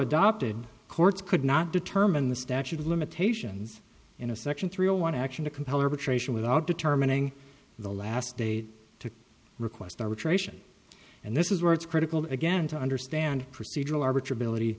adopted courts could not determine the statute of limitations in a section three a one action to compel or betray sion without determining the last date to request arbitration and this is where it's critical again to understand procedural are richer ability